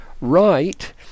right